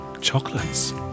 Chocolates